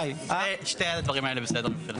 שני הדברים האלה בסדר מבחינתנו.